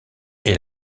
est